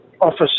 office